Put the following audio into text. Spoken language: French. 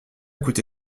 coûté